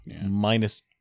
Minus